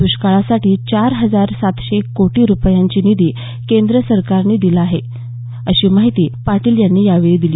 दुष्काळासाठी चार हजार सातशे कोटी रूपये निधी केंद्र सरकारनं दिला अशी माहिती पाटील यांनी यावेळी दिली